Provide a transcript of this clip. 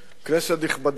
כנסת נכבדה,